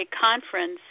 conference